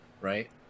right